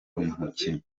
umukinyi